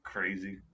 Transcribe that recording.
Crazy